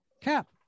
Cap